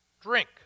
drink